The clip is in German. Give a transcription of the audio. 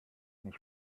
nicht